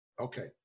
Okay